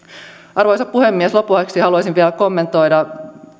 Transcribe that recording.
arvoisa puhemies lopuksi haluaisin vielä kommentoida